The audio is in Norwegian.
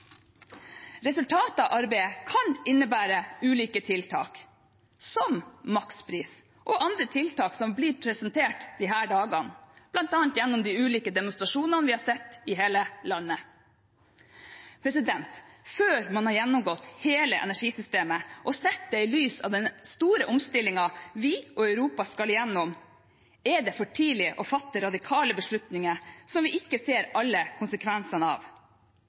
Resultatet av arbeidet kan innebære ulike tiltak, som makspris og andre tiltak som blir presentert disse dagene, bl.a. gjennom de ulike demonstrasjonene vi har sett i hele landet. Før man har gjennomgått hele energisystemet og sett det i lys av den store omstillingen vi og Europa skal igjennom, er det for tidlig å fatte radikale beslutninger som vi ikke ser alle konsekvensene av,